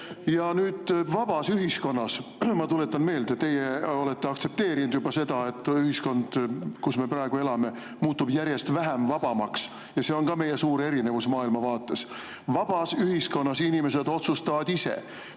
ja teistsugune erakond. Ma tuletan meelde, teie olete aktsepteerinud seda, et ühiskond, kus me praegu elame, muutub järjest vähem vabaks, ja see on meie suur erinevus maailmavaates, aga vabas ühiskonnas inimesed otsustavad ise,